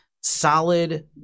solid